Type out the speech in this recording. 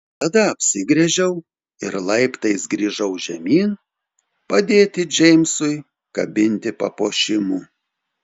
tada apsigręžiau ir laiptais grįžau žemyn padėti džeimsui kabinti papuošimų